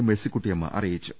മേഴ്സിക്കുട്ടിയമ്മ അറിയിച്ചു